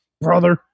brother